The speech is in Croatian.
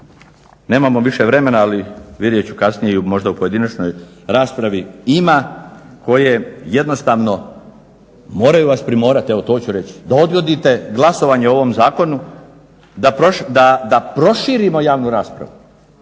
nemamo više vremena, ali vidjet ću kasnije možda u pojedinačnoj raspravi, ima koje jednostavno moraju vas primorati, evo to ću reći, da odgodite glasovanje o ovom zakonu, da proširimo javnu raspravu.